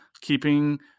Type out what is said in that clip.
keeping